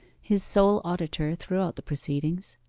his sole auditor throughout the proceedings.